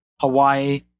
Hawaii